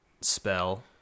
spell